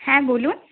হ্যাঁ বলুন